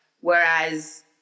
Whereas